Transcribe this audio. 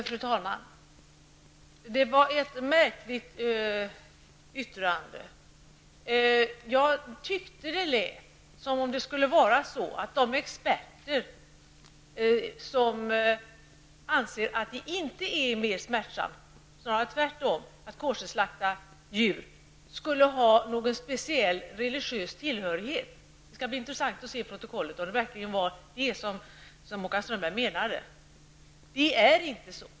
Fru talman! Det var ett märkligt yttrande. Det lät som om de experter som anser att det inte är mer utan snarare mindre smärtsamt att koscherslakta djur skulle ha en speciell religiös tillhörighet. Det skall bli intressant att se i protokollet om det var detta Håkan Strömberg menade. Det är inte så.